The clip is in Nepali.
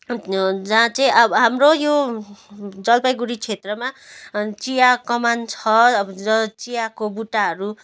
जहाँ चाहिँ अब हाम्रो यो जलपाइगुडी क्षेत्रमा चिया कमान छ अब ज चियाको बुट्टाहरू